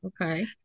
Okay